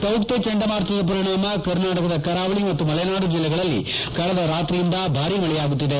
Tauktae ಚಂಡಮಾರುತದ ಪರಿಣಾಮ ಕರ್ನಾಟಕದ ಕರಾವಳಿ ಮತ್ತು ಮಲೆನಾಡು ಜಿಲ್ಲೆಗಳಲ್ಲಿ ಕಳೆದ ರಾತ್ರಿಯಿಂದ ಭಾರೀ ಮಳೆಯಾಗುತ್ತಿದೆ